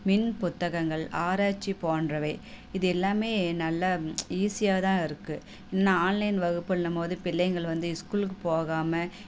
மின்புத்தகங்கள் ஆராய்ச்சி போன்றவை இது எல்லாமே நல்லா ஈஸியாக தான் இருக்கும் இன்னும் ஆன்லைன் வகுப்புன்னும் போது பிள்ளைங்கள் வந்து இஸ்கூலுக்கு போகாமல்